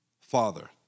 father